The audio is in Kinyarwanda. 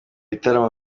bitaramo